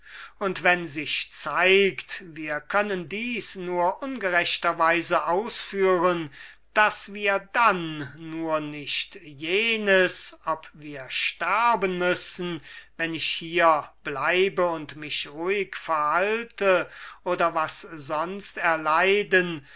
und wenn sich zeigt wir können dies nur ungerechterweise ausführen dann dürfen wir jenes ob wir sterben müssen wenn ich hier bleibe und mich ruhig verhalte oder was wir sonst erleiden